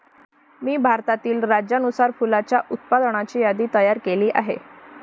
मी भारतातील राज्यानुसार फुलांच्या उत्पादनाची यादी तयार केली आहे